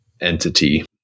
entity